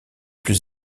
plus